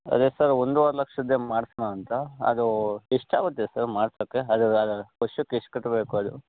ಅದೇ ಸರ್ ಒಂದುವರೆ ಲಕ್ಷದ್ದೇ ಮಾಡಿಸೋಣ ಅಂತ ಅದೂ ಎಷ್ಟಾಗುತ್ತೆ ಸರ್ ಮಾಡ್ಸೋಕ್ಕೆ ವರ್ಷಕ್ಕೆ ಎಷ್ಟು ಕಟ್ಟಬೇಕು ಅದು